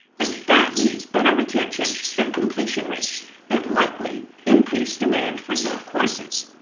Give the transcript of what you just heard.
and that means better retention and completion rates and likely increased demand for your courses.